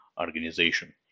organization